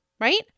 right